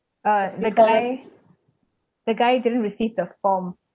uh the guy the guy didn't receive the form